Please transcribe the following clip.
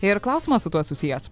ir klausimas su tuo susijęs